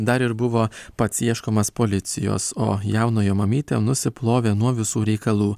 dar ir buvo pats ieškomas policijos o jaunojo mamytė nusiplovė nuo visų reikalų